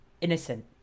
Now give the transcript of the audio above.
innocent